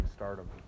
Stardom